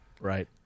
Right